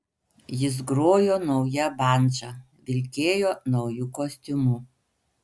jis grojo nauja bandža vilkėjo nauju kostiumu